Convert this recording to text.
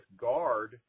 guard